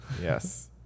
Yes